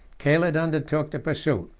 caled undertook the pursuit.